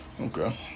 Okay